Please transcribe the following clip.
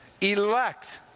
Elect